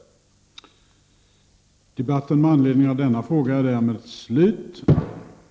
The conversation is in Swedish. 28 november 1989 Överläggningen är härmed avslutad. Svar på frågor